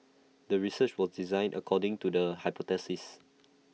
the research was designed according to the hypothesis